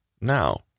now